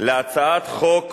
להצעת החוק